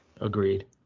Agreed